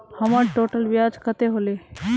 हमर टोटल ब्याज कते होले?